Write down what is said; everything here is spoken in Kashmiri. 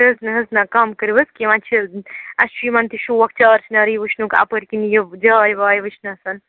تہِ حظ نہَ حظ نہَ کَم کٔرِو حظ کیٚنٛہہ وۅنۍ چھِ اَسہِ چھُ یِمَن تہِ شوق چار چِناری وُچھنُک اَپٲرۍ کِنۍ یہِ جاے واے وُچھنَس